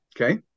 okay